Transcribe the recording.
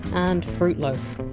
and fruit loaf.